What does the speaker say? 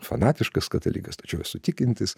fanatiškas katalikas tačiau esu tikintis